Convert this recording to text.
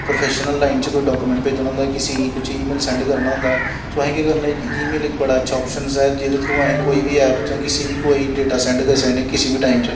professional line च कोई document भेजना होंदा किसी गी कुछ ई मेल सैंड्ड करना होंदा सो असें केह् करना जी जी मेल इक बड़ा शैल आप्शन्स ऐ जेह्दे थ्रू अस कोई बी ऐप चा किसी गी बी कोई डेटा सैंड्ड करी सकनें किसी बी टाइम च